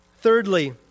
Thirdly